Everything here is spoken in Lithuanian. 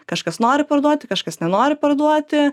kažkas nori parduoti kažkas nenori parduoti